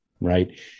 right